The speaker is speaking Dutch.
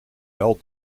wel